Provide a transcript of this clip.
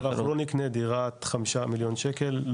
נכון, אבל אנחנו לא נקנה דירה בחמישה מיליון שקל.